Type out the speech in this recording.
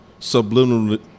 subliminally